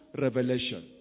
revelation